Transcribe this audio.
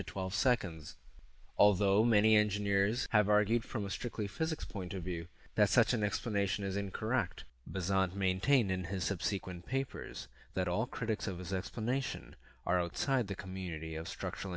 to twelve seconds although many engineers have argued from a strictly physics point of view that such an explanation is incorrect bizarre and maintain in his subsequent papers that all critics of his explanation are outside the community of structural